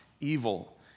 evil